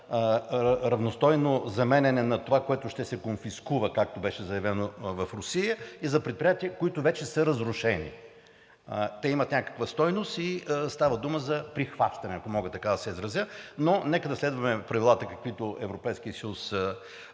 за равностойно заменяне на това, което ще се конфискува, както беше заявено в Русия, и за предприятия, които вече са разрушени. Те имат някаква стойност и става дума за прихващане, ако мога така да се изразя, но нека да следваме правилата, каквито Европейският